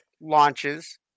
launches